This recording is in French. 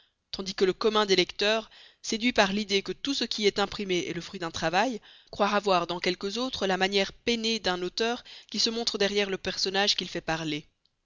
tandis que le commun des lecteurs séduit par l'idée que tout ce qui est imprimé est le fruit d'un travail croira voir dans quelques autres la manière peinée d'un auteur qui se montre derrière le personnage qu'il fait parler